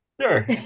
Sure